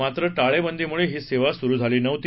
मात्र टाळेबंदीमुळे ही सेवा सुरू झाली नव्हती